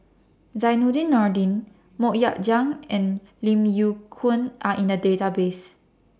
Zainudin Nordin Mok Ying Jang and Lim Yew Kuan Are in The Database